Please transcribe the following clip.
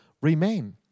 remain